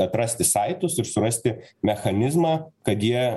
atrasti saitus ir surasti mechanizmą kad jie